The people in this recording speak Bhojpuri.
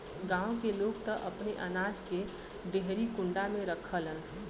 गांव के लोग त अपने अनाज के डेहरी कुंडा में रखलन